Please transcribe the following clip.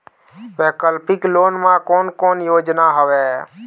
वैकल्पिक लोन मा कोन कोन योजना हवए?